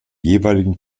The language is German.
jeweiligen